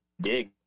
dig